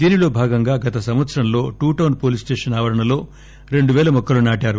దీనిలో భాగంగా గత సంవత్సరం లో టూటౌన్ పోలీస్ స్లేషన్ ఆవరణలో రెండు పేల మొక్కలు నాటారు